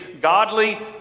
godly